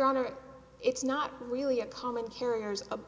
honor it's not really a common carriers a